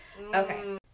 Okay